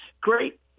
great